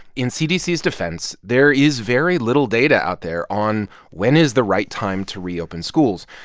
in cdc's defense, there is very little data out there on when is the right time to reopen schools.